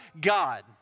God